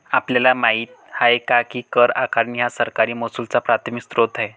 आपल्याला माहित आहे काय की कर आकारणी हा सरकारी महसुलाचा प्राथमिक स्त्रोत आहे